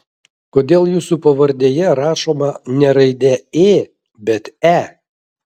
kodėl jūsų pavardėje rašoma ne raidė ė bet e